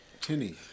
tinny